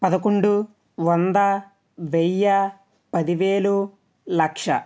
పదకొండు వంద వెయ్యి పదివేలు లక్ష